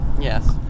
Yes